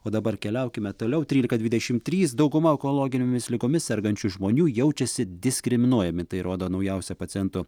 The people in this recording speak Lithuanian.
o dabar keliaukime toliau trylika dvidešimt trys dauguma onkologinėmis ligomis sergančių žmonių jaučiasi diskriminuojami tai rodo naujausia pacientų